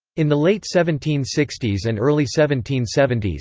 in the late seventeen sixty s and early seventeen seventy s,